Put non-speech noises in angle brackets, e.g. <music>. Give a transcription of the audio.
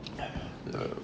<noise>